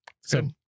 So-